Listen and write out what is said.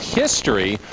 history